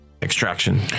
Extraction